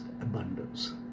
abundance